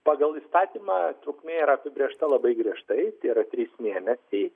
pagal įstatymą trukmė yra apibrėžta labai griežtai tai yra trys mėnesiai